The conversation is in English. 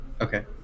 Okay